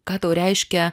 ką tau reiškia